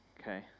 Okay